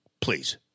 please